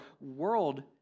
world